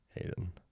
Hayden